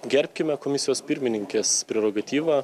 gerbkime komisijos pirmininkės prerogatyvą